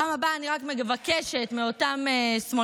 בפעם הבאה אני רק מבקשת מאותם שמאלנים